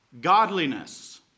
godliness